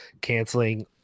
canceling